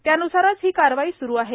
त्यान्सारच ही कारवाई स्रू आहे